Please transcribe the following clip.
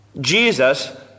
Jesus